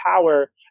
power